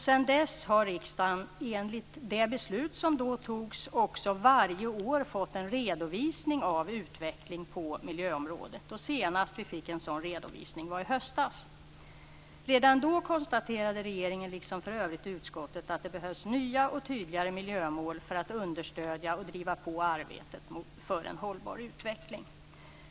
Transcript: Sedan dess har riksdagen enligt det beslut som fattades då också varje år fått en redovisning av utvecklingen på miljöområdet. Senast vi fick en sådan redovisning var i höstas. Redan då konstaterade regeringen, liksom för övrigt utskottet, att det behövs nya och tydligare miljömål för att understödja och driva på arbetet för en hållbar utveckling.